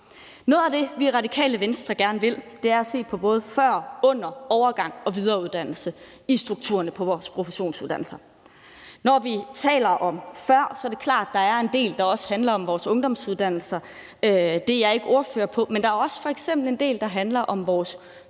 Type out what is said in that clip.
Noget af det, som vi i Radikale Venstre gerne vil, er både at se på det, der er før, under, i overgangen og på videreuddannelsen, i forhold til strukturerne på vores professionsuddannelser. Når vi taler om før, så er det klart, at der er en del, der handler om vores ungdomsuddannelser, og det er jeg ikke ordfører for, men der er f.eks. også en del, der handler om